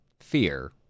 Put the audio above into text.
fear